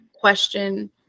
question